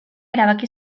erabaki